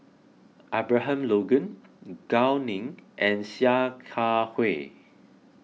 Abraham Logan Gao Ning and Sia Kah Hui